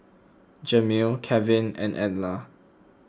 Jamil Kevin and Edla